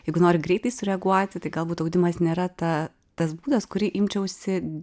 jeigu nori greitai sureaguoti tai galbūt audimas nėra ta tas būdas kurį imčiausi